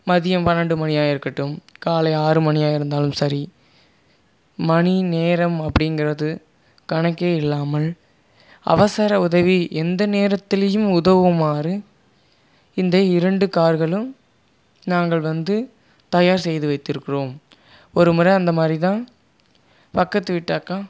மதியம் பன்னெண்டு மணியாக இருக்கட்டும் காலை ஆறு மணியாக இருந்தாலும் சரி மணி நேரம் அப்படிங்கிறது கணக்கே இல்லாமல் அவசர உதவி எந்த நேரத்திலியும் உதவுமாறு இந்த இரண்டு கார்களும் நாங்கள் வந்து தயார் செய்து வைத்திருக்கிறோம் ஒரு முறை அந்தமாதிரி தான் பக்கத்து வீட்டு அக்கா